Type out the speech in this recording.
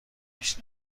بیش